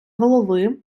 голови